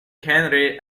henry